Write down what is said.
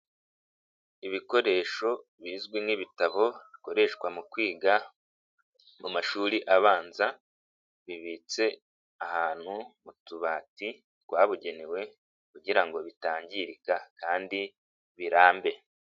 Ibikoresho bizwi nkibitabo bikoreshwa mu kwiga mu mashuri abanza bibitse ahantu mu tubati twabugenewe kugira ngo bitangirika kandi birambe.